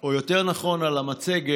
או יותר נכון על המצגת